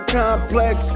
complex